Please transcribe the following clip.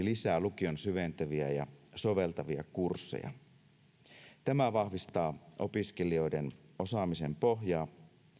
lisää lukion syventäviä ja soveltavia kursseja tämä vahvistaa opiskelijoiden osaamisen pohjaa